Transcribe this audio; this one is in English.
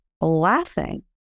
laughing